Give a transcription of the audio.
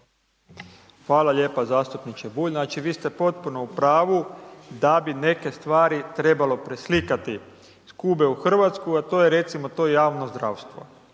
Hvala lijepa. Zastupniče Bulj, znači vi ste potpuno u pravu da bi neke stvari trebalo preslikati iz Kube u Hrvatsku a to je recimo to javno zdravstvo.